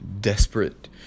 desperate